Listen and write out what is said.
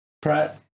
pratt